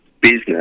business